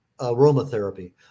aromatherapy